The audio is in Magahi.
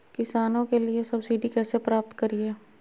किसानों के लिए सब्सिडी कैसे प्राप्त करिये?